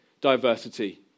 diversity